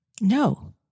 no